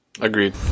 Agreed